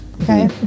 Okay